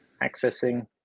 accessing